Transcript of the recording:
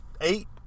Eight